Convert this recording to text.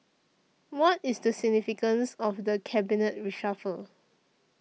what is the significance of the cabinet reshuffle